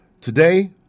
Today